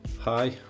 Hi